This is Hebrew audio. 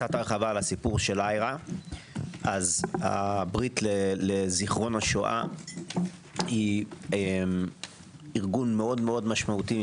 הרחבה על הסיפור של IHRA. הברית לזיכרון השואה היא ארגון מאוד משמעותי,